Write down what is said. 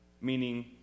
meaning